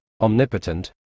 omnipotent